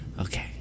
Okay